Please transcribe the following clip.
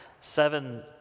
seven